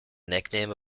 nickname